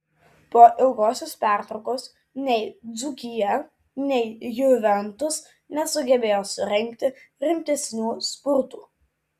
po ilgosios pertraukos nei dzūkija nei juventus nesugebėjo surengti rimtesnių spurtų